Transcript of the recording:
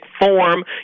form